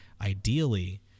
ideally